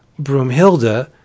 Broomhilda